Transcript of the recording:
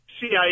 CIA